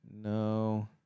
No